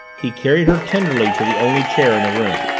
he carried her tenderly to the only chair in the room.